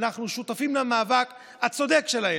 ואנחנו שותפים למאבק הצודק שלהם.